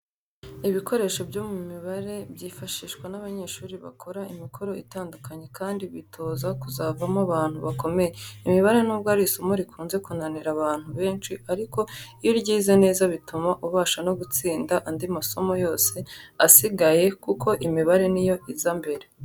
Ibikoresho byo mu mibare byifashishwa n'abanyeshuri bakora imikoro itandikanye kandi bitoza kuzavamo abantu bakomeye. Imibare nubwo ari isomo rikunze kunanira abantu benshi ariko iyo uryize neza bituma ubasha no gutsinda andi masomo yose asigaye kuko imibare niyo iza imbere.